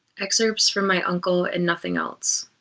excerpts from my uncle and nothing else